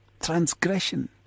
Transgression